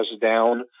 down